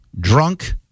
drunk